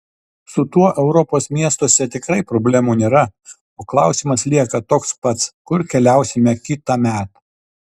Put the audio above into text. su tuo europos miestuose tikrai problemų nėra o klausimas lieka toks pats kur keliausime kitąmet